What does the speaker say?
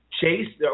chase